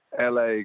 LA